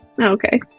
Okay